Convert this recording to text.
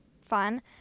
fun